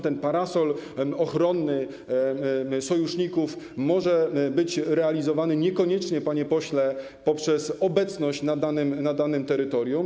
Ten parasol ochronny sojuszników może być realizowany niekoniecznie, panie pośle, poprzez obecność na danym terytorium.